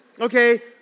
Okay